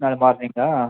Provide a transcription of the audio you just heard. ನಾಳೆ ಮಾರ್ನಿಂಗಾ